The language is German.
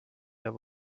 der